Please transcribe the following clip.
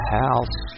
house